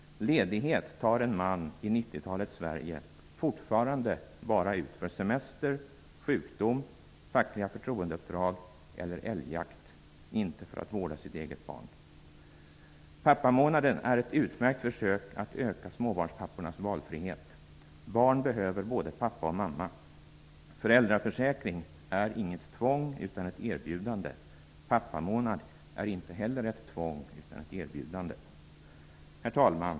Ledighet tar en man i 90 talets Sverige fortfarande bara ut för semester, sjukdom, fackliga förtroendeuppdrag eller älgjakt -- inte för att vårda sitt eget barn. Pappamånaden är ett utmärkt försök att öka småbarnspappornas valfrihet. Barn behöver både pappa och mamma. Föräldraförsäkring är inget tvång, utan ett erbjudande. Pappamånad är inte heller ett tvång, utan ett erbjudande. Herr talman!